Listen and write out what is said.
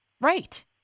Right